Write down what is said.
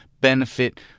benefit